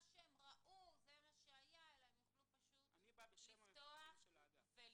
שהם ראו זה מה שהיה אלא הם יוכלו פשוט לפתוח ולראות.